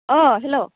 अ hello